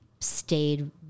stayed